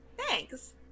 Thanks